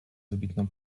wybitną